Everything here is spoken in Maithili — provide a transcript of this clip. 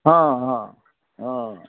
हँ हँ हँ